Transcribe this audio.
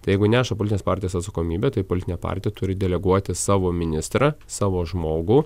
tai jeigu neša politinės partijos atsakomybę tai politinė partija turi deleguoti savo ministrą savo žmogų